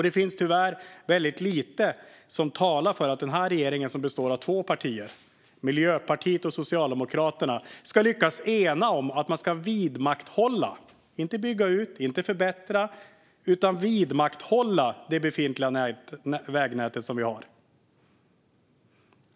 Det finns tyvärr väldigt lite som talar för att den här regeringen som består av två partier, Miljöpartiet och Socialdemokraterna, ska lyckas enas om att man ska vidmakthålla - inte bygga ut och inte förbättra, utan vidmakthålla - det befintliga vägnät vi har.